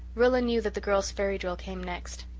rilla knew that the girls' fairy drill came next.